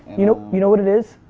you know you know what it is?